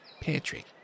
Patrick